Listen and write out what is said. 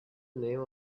name